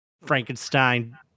Frankenstein